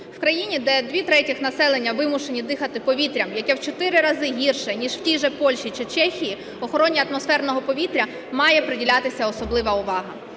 В країні, де дві третіх населення вимушені дихати повітрям, яке в 4 рази гірше ніж в тій же Польщі чи Чехії, охороні атмосферного повітря має приділятися особлива увага.